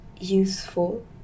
useful